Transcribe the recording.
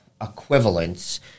equivalents